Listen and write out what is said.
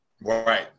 Right